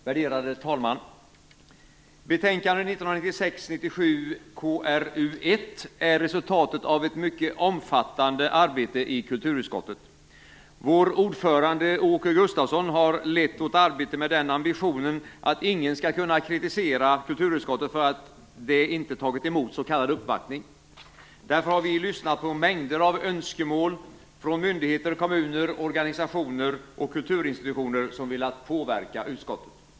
Värderade talman! Betänkande 1996/97:KrU1 är resultatet av ett mycket omfattande arbete i kulturutskottet. Vår ordförande Åke Gustavsson har lett vårt arbete med ambitionen att ingen skall kunna kritisera kulturutskottet för att det inte tagit emot s.k. uppvaktning. Därför har vi lyssnat på en mängd önskemål från myndigheter, kommuner, organisationer och kulturinstitutioner som velat påverka utskottet.